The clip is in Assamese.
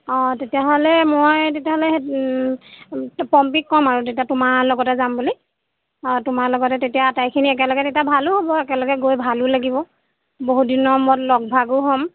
অঁ তেতিয়াহ'লে মই তেতিয়াহ'লে পম্পীক ক'ম আৰু তেতিয়া তোমাৰ লগতে যাম বুলি অঁ তোমাৰ লগতে তেতিয়া আটাইখিনি একেলগে তেতিয়া ভালো হ'ব একেলগে গৈ ভালো লাগিব বহুত দিনৰ মূৰত লগ ভাগো হ'ম